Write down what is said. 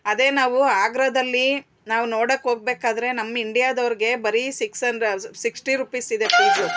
ಅದೆ ನಾವು ಆಗ್ರಾದಲ್ಲಿ ನಾವು ನೋಡೊಕೆ ಹೋಗ್ಬೇಕಾದ್ರೆ ನಮ್ಮ ಇಂಡ್ಯಾದವ್ರಿಗೆ ಬರೀ ಸಿಕ್ಸ್ ಸಿಕ್ಸ್ಟಿ ರುಪೀಸಿದೆ ಫೀಸು